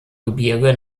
gebirge